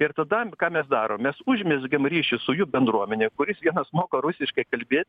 ir tada ką mes darom mes užmezgiam ryšį su jų bendruomene kuris vienas moka rusiškai kalbėt